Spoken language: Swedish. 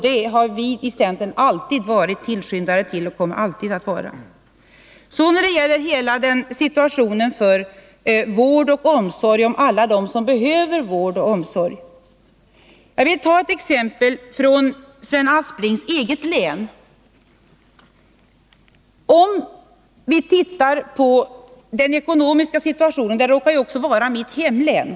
Det har vi i centern alltid tillskyndat, och det kommer vi alltid att göra. Sedan till den stora frågan om vård och omsorg om alla dem som behöver det. Jag vill ta ett exempel från Sven Asplings eget län Värmland, som också råkar vara mitt hemlän. Låt oss titta på den ekonomiska situationen.